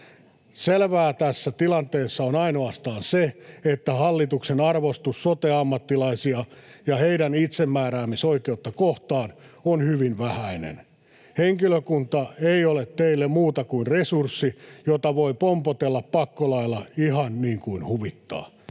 Selvää tässä tilanteessa on ainoastaan se, että hallituksen arvostus sote-ammattilaisia ja heidän itsemääräämisoikeuttaan kohtaan on hyvin vähäinen. Henkilökunta ei ole teille muuta kuin resurssi, jota voi pompotella pakkolailla ihan niin kuin huvittaa.